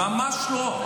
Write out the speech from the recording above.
ממש לא.